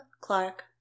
Clark